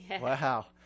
Wow